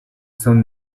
son